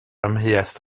amheuaeth